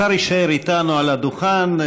השר יישאר אתנו על הדוכן,